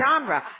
genre